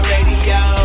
Radio